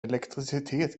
elektricitet